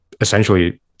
essentially